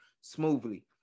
smoothly